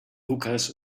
hookahs